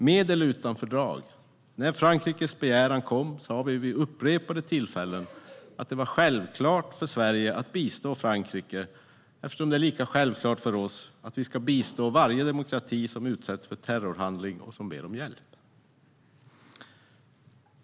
Med eller utan fördrag: När Frankrikes begäran kom sa vi vid upprepade tillfällen att det var självklart för Sverige att bistå Frankrike, eftersom det är en självklart för oss att vi ska bistå varje demokrati som utsätts för terrorhandling och som ber om hjälp.